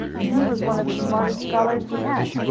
and he was one of the smartest scholars we had.